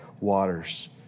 waters